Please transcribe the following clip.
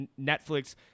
Netflix